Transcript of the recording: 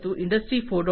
0Industry 4